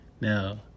Now